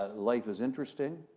ah life is interesting.